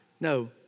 No